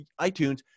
iTunes